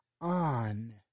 on